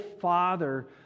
father